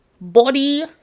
body